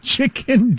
Chicken